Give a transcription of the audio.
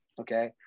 okay